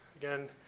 Again